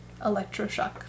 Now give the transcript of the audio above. electroshock